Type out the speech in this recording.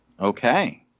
Okay